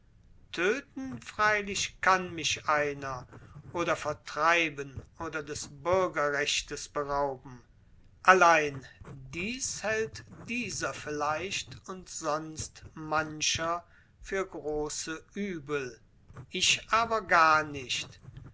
töten freilich kann mich einer oder vertreiben oder des bürgerrechtes berauben allein dies hält dieser vielleicht und sonst mancher für große übel ich aber gar nicht